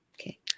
Okay